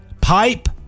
pipe